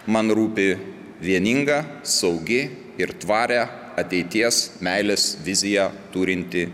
man rūpi vieninga saugi ir tvarią ateities meilės viziją turinti